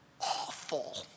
awful